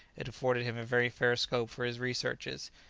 it afforded him a very fair scope for his researches,